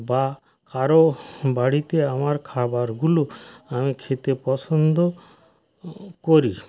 বা কারোর বাড়িতে আমার খাবারগুলো আমি খেতে পছন্দ করি